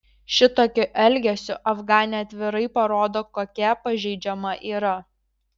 šitokiu elgesiu afganė atvirai parodo kokia pažeidžiama yra